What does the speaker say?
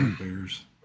Bears